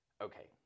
okay